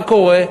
מה קורה?